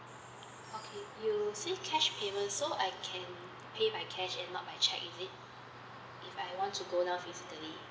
okay you say cash payment so I can pay by cash and not by check is it if I want to go down physically